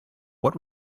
what